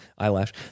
eyelash